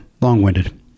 Long-winded